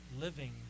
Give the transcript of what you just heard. living